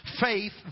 faith